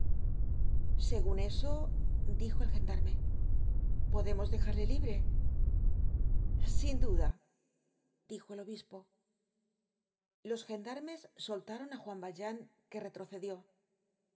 segun eso dijo el gendarme podemos dejarle libre sin duda dijo el obispo los gendarmes soltaron á juan valjean que retrocedió